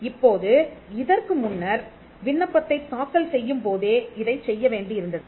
இப்போது இதற்கு முன்னர் விண்ணப்பத்தைத் தாக்கல் செய்யும் போதே இதைச் செய்ய வேண்டியிருந்தது